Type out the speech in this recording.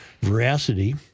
veracity